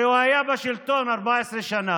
הרי הוא היה בשלטון 14 שנה,